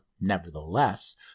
nevertheless